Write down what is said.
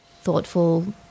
thoughtful